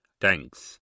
Thanks